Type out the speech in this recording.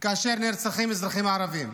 כאשר נרצחים אזרחים ערבים,